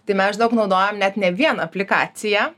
tai mes žinok naudojam net ne vieną aplikaciją